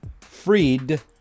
freed